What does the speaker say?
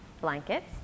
blankets